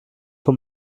von